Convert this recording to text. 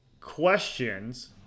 questions